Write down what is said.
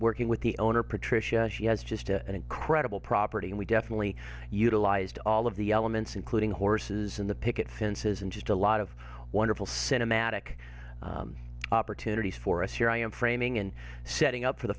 working with the owner patricia she has just an incredible property and we definitely utilized all of the elements including horses in the picket fences and just a lot of wonderful cinematic opportunities for us here i am framing and setting up for the